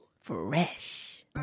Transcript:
fresh